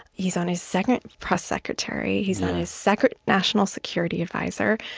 he's on his second press secretary, he's on his second national security adviser,